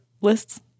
lists